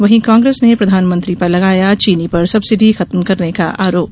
वहीं कांग्रेस ने प्रधानमंत्री पर लगाया चीनी पर सब्सिडी खत्म करने का आरोप